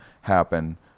happen